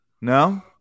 No